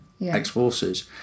ex-forces